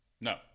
No